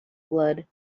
blood